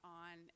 on